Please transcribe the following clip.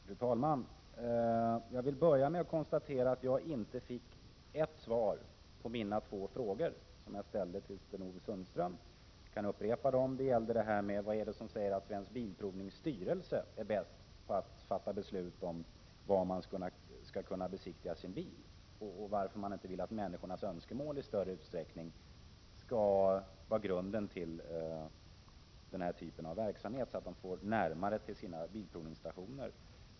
Fru talman! Jag vill börja med att konstatera att jag inte fick något svar på mina två frågor till Sten-Ove Sundström. Jag kan upprepa dem: Vad är det som säger att Svensk Bilprovnings styrelse är bäst på att fatta beslut om var man skall kunna besiktiga sin bil, och varför vill man inte att människornas önskemål i större utsträckning skall utgöra grunden för denna typ av verksamhet, så att människorna får närmare till sina bilprovningsstationer?